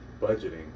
budgeting